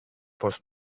πως